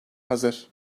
hazır